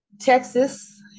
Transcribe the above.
Texas